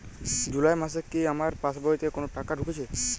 জুলাই মাসে কি আমার পাসবইতে কোনো টাকা ঢুকেছে?